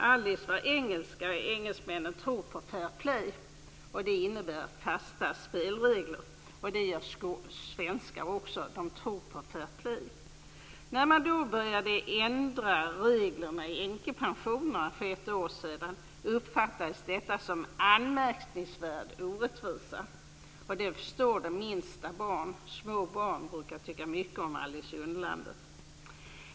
Alice var engelska, och engelsmännen tror på fair play. Det innebär fasta spelregler. Det gör svenskar också. De tror på fair play. När man då började ändra reglerna för änkepensionerna för ett år sedan uppfattades detta som en anmärkningsvärd orättvisa. Det förstår det minsta barn. Små barn brukar tycka mycket om Alice i Underlandet.